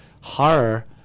horror